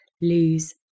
lose